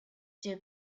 two